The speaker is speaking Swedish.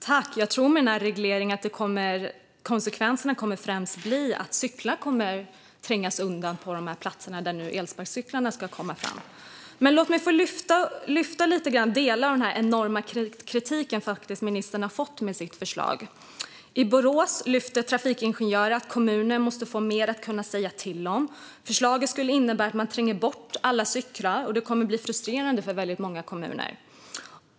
Fru talman! Med den här regleringen tror jag att konsekvensen främst blir att cyklar kommer att trängas undan från platserna där elsparkcyklarna nu ska komma fram. Låt mig få lyfta upp delar av den enorma kritik som ministerns förslag har fått. I Borås lyfter en trafikingenjör fram att kommuner måste få mer att säga till om. Förslaget skulle innebära att man tränger bort alla cyklar, och det kommer att bli frustrerande för väldigt många kommuner.